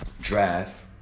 draft